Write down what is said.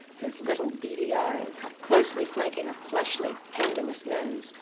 his little beady eyes, closely flanking a fleshly, pendulous nose,